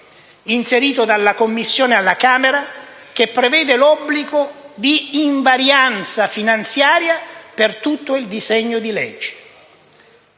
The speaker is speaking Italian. inserito dalla Commissione alla Camera, che prevede l'obbligo di invarianza finanziaria per tutto il disegno di legge.